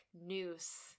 noose